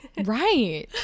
Right